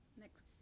Next